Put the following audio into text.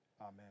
Amen